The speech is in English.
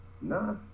nah